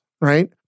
right